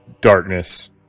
darkness